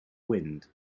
wind